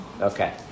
Okay